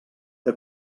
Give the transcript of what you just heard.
que